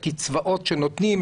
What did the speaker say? הקצבאות שנותנים,